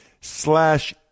slash